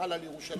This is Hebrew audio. חלה על ירושלים,